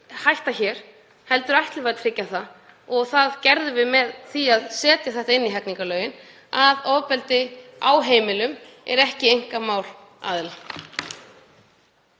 hætta hér heldur ætlum við að tryggja það. Það gerum við með því að setja það inn í hegningarlögin að ofbeldi á heimilum sé ekki einkamál aðila.